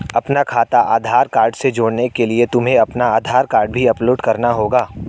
अपना खाता आधार कार्ड से जोड़ने के लिए तुम्हें अपना आधार कार्ड भी अपलोड करना होगा